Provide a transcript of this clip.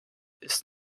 ist